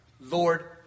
Lord